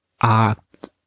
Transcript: act